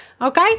Okay